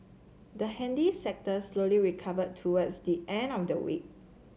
the handy sector slowly recovered towards the end of the week